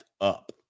up